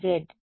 విద్యార్థి ఎ